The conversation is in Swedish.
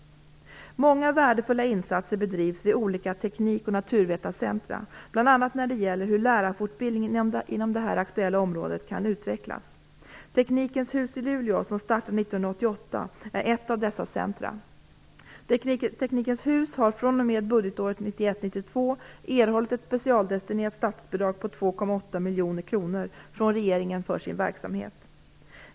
Många värdefulla insatser bedrivs vid olika teknik och naturvetarcentrum, bl.a. när det gäller hur lärarfortbildning inom det här aktuella området kan utvecklas. Teknikens hus i Luleå, som startade 1988, är ett av dessa centrum. Teknikens hus har fr.o.m. budgetåret 1991/92 från regeringen erhållit ett specialdestinerat bidrag på 2,8 miljoner kronor för sin verksamhet.